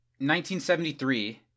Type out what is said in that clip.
1973